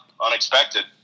Unexpected